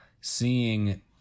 seeing